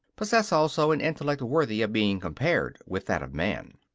possess also an intellect worthy of being compared with that of man!